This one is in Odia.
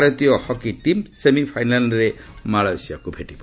ଭାରତୀୟ ହକି ଟିମ୍ ସେମିଫାଇନାଲ୍ରେ ମାଳୟେସିଆକୁ ଭେଟିବ